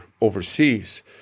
overseas